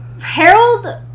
Harold